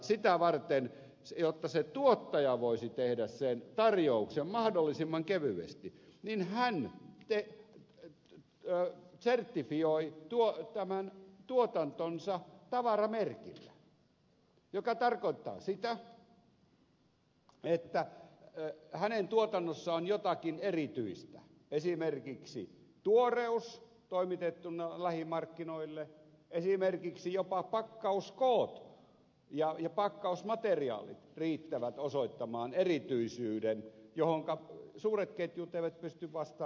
sitä varten jotta se tuottaja voisi tehdä tarjouksen mahdollisimman kevyesti hän sertifioi tuotantonsa tavaramerkillä joka tarkoittaa sitä että hänen tuotannossaan on jotakin erityistä esimerkiksi tuoreus toimitettuna lähimarkkinoille esimerkiksi jopa pakkauskoot ja pakkausmateriaalit riittävät osoittamaan erityisyyden johonka suuret ketjut eivät pysty vastaamaan ollenkaan